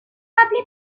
rappelé